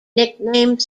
nickname